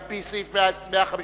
על-פי סעיף 153,